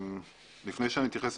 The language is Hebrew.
לפני שאני אתייחס,